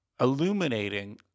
illuminating